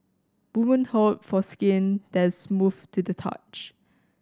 woman hope for skin that is smooth to the touch